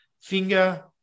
finger